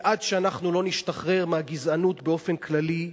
עד שאנחנו לא נשתחרר מהגזענות באופן כללי,